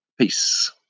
Peace